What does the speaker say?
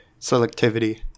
selectivity